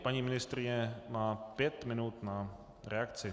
Paní ministryně má pět minut na reakci.